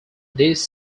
these